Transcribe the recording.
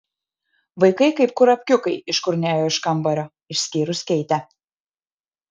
vaikai kaip kurapkiukai iškurnėjo iš kambario išskyrus keitę